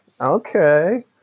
Okay